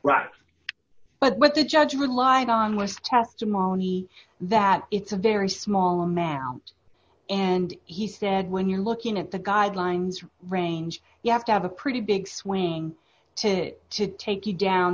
right but what the judge relied on was testimony that it's a very small amount and he said when you're looking at the guidelines range you have to have a pretty big swing to it to take you down